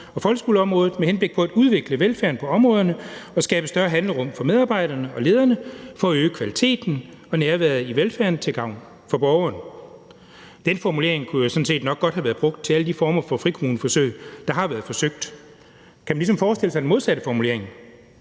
og folkeskoleområdet med henblik på at udvikle velfærden på områderne og skabe større handlerum for medarbejderne og lederne for at øge kvaliteten og nærværet i velfærden til gavn for borgeren. Den formulering kunne sådan set nok godt have været brugt til alle de former for frikommuneforsøg, der har været forsøgt. Kan man forestille sig den modsatte formulering: